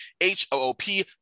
H-O-O-P